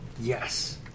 Yes